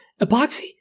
epoxy –